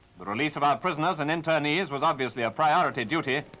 the release of our prisoners and internees was obviously a priority duty.